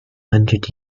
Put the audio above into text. hundred